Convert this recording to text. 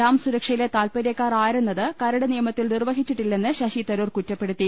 dam സുരക്ഷയിലെ താത്പര്യക്കാർ ആരെ ന്നത് കരട് നിയമത്തിൽ നിർവഹിച്ചിട്ടില്ലെന്ന് ശശിതരൂർ കുറ്റ പ്പെടുത്തി